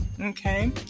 okay